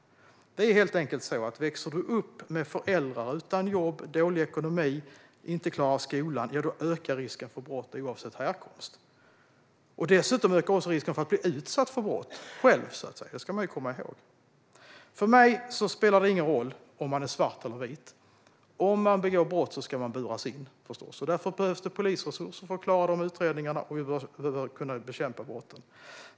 Risken för att man ska begå brott ökar helt enkelt, oavsett härkomst, om man växer upp med föräldrar utan jobb och med dålig ekonomi och om man inte klarar skolan. Dessutom ökar risken för att själv bli utsatt för brott; det ska man komma ihåg. För mig spelar det ingen roll om man är svart eller vit - om man begår brott ska man förstås buras in. Därför behövs polisresurser för att klara utredningarna och för att kunna bekämpa brotten.